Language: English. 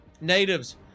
Natives